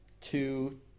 two